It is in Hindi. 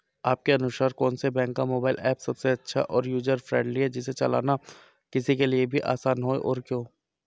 आपके अनुसार कौन से बैंक का मोबाइल ऐप सबसे अच्छा और यूजर फ्रेंडली है जिसे चलाना किसी के लिए भी आसान हो और क्यों?